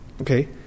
Okay